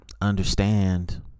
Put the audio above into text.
understand